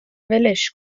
ولش